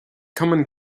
cumann